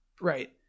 right